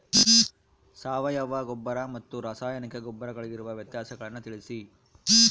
ಸಾವಯವ ಗೊಬ್ಬರ ಮತ್ತು ರಾಸಾಯನಿಕ ಗೊಬ್ಬರಗಳಿಗಿರುವ ವ್ಯತ್ಯಾಸಗಳನ್ನು ತಿಳಿಸಿ?